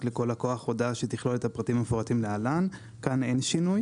לכל לקוח הודעה שתכלול את הפרטים המפורטים להלן" כאן אין שינוי.